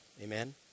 Amen